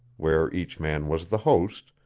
where each man was the host,